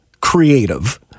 creative